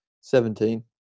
Seventeen